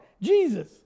Jesus